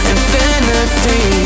Infinity